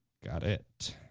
got it,